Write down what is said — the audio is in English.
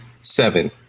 seven